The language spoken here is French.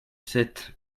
sept